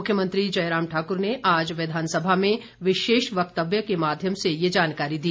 मुख्यमंत्री जयराम ठाकुर ने आज विधानसभा में विशेष व्यक्तव्य के माध्यम से यह जानकारी दी